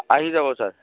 আহি যাব ছাৰ